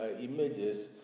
images